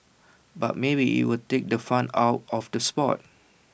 but maybe IT will take the fun out of the Sport